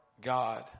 God